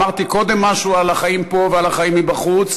אמרתי קודם משהו על החיים פה ועל החיים בחוץ.